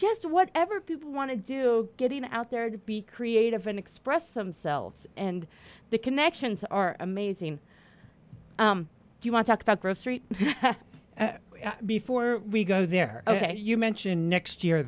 just whatever people want to do getting out there to be creative and express themselves and the connections are amazing if you want to talk about growth rate before we go there ok you mentioned next year